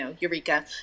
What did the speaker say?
Eureka